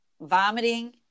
vomiting